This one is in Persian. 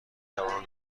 جوانان